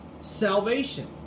salvation